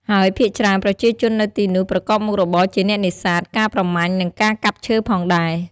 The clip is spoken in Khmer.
ហើយភាគច្រើនប្រជាជននៅទីនោះប្រកបមុខរបរជាអ្នកនេសាទ ការប្រមាញ់ និងការកាប់ឈើផងដែរ។